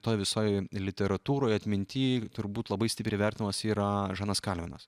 toj visoj literatūroj atminty turbūt labai stipriai vertinamas yra žanas kalvinas